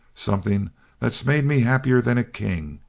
something that's made me happier than a king.